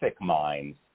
minds